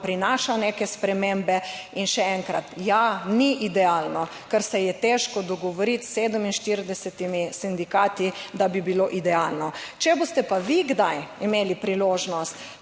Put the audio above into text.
prinaša neke spremembe. In še enkrat, ja, ni idealno, ker se je težko dogovoriti s 47 sindikati, da bi bilo idealno. Če boste pa vi kdaj imeli priložnost